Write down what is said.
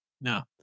No